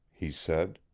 he said,